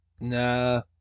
Nah